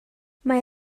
mae